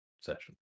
session